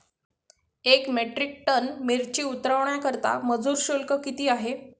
एक metric tonne मिरची उतरवण्याकरता मजूर शुल्क किती आहे?